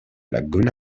laguna